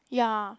ya